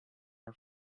are